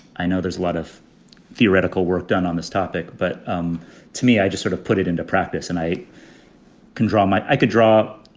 i know there's a lot of theoretical work done on this topic, but um to me, i just sort of put it into practice and i can draw my i could draw,